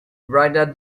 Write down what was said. writer